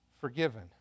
forgiven